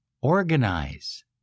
organize